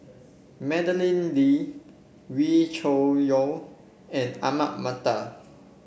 Madeleine Lee Wee Cho Yaw and Ahmad Mattar